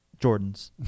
Jordans